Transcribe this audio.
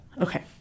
Okay